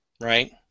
right